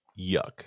yuck